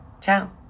Ciao